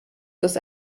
das